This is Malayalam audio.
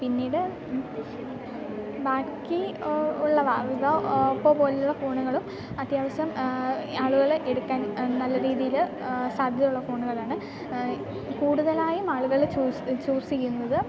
പിന്നീട് ബാക്കി ഒ ഉള്ളവ വിവോ ഓപ്പോ പോലെയുള്ള ഫോണുകളും അത്യാവശ്യം ആളുകൾ എടുക്കാൻ നല്ല രീതിയിൽ സാധ്യതയുള്ള ഫോണുകളാണ് കൂടുതലായും ആളുകൾ ചൂസ് ചൂസ് ചെയ്യുന്നത്